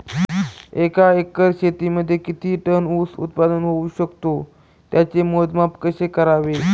एका एकर शेतीमध्ये किती टन ऊस उत्पादन होऊ शकतो? त्याचे मोजमाप कसे करावे?